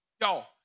Y'all